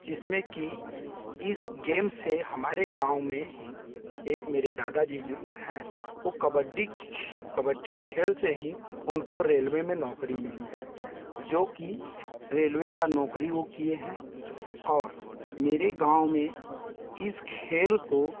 जिसमें कि इस गेम से हमारे गाँव में हीं एक मेरे दादा जी जो हैं वह कबड्डी खी कबड्डी खेल से ही उनको रेलवे में नौकरी मिली है जो कि रेलवे की नौकरी वह किए हैं और मेरे गाँव में इस खेल को